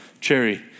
cherry